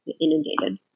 inundated